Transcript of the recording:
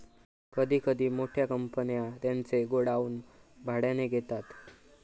कधी कधी मोठ्या कंपन्या त्यांचे गोडाऊन भाड्याने घेतात